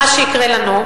מה שיקרה לנו,